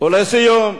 ולסיום,